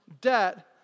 debt